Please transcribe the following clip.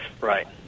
Right